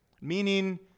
meaning